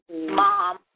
Mom